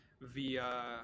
via